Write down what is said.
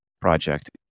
project